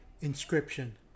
Inscription